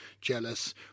jealous